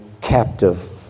captive